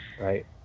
right